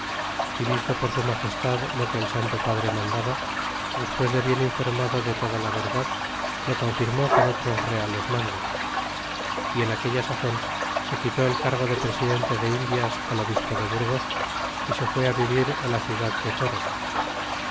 y visto por su magestad lo que el santo padre mandaba despues de bien informado de toda la verdad lo confirmó con otros reales mandos y en aquella sazon se quitó el cargo de presidente de indias al obispo de burgos y se fué vivir la ciudad de toro